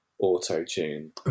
auto-tune